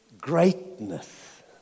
greatness